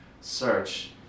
Search